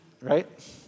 right